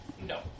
No